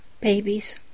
babies